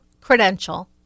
credential